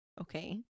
okay